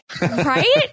right